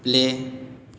play